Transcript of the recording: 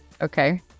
Okay